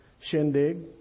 shindig